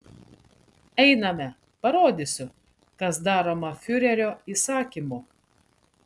einame parodysiu kas daroma fiurerio įsakymu